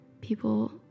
people